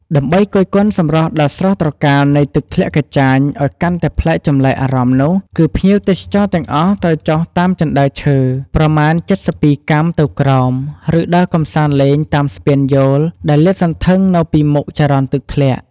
ដើម្បីគយគន់សម្រស់ដ៏ស្រស់ត្រកាលនៃទឹកធ្លាក់កាចាញឱ្យកាន់តែប្លែកចម្លែកអារម្មណ៍នោះគឺភ្ញៀវទេសចរទាំងអស់ត្រូវចុះតាមជណ្តើរឈើប្រមាណចិតសិបពីរកាំទៅក្រោម ឬដើរកំសាន្តលេងតាមស្ពានយោលដែលលាតសន្ធឹងនៅពីមុខចរន្តទឹកធ្លាក់។